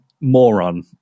moron